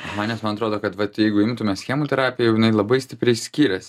aha nes man atrodo kad vat jeigu imtumės schemų terapijų jau jinai labai stipriai skiriasi